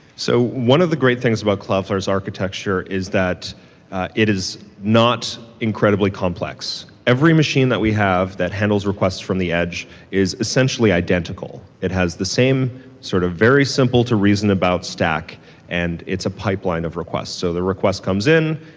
so one of the great things about cloudflare's architecture is that it is not incredibly complex. every machine that we have that handles requests from the edge is essentially identical. it has the same sort of very simple to reason about stack and it's a pipeline of requests. so the request comes in,